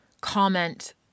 comment